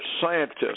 scientists